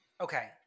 Okay